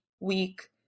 week